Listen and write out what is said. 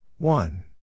One